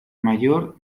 mayor